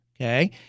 okay